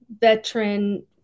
veteran